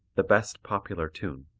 the best popular tune,